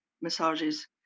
massages